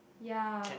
ya